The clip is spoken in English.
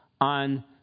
on